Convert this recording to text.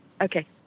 okay